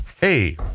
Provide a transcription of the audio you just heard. hey